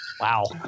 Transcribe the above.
Wow